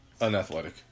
Unathletic